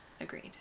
Agreed